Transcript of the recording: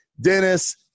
dennis